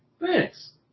Thanks